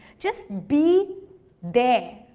just be there.